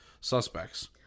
suspects